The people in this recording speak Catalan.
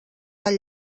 tan